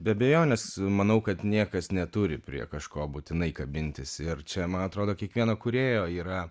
be abejonės manau kad niekas neturi prie kažko būtinai kabintis ir čia man atrodo kiekvieno kūrėjo yra